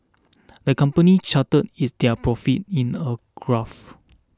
the company charted his their profits in a graph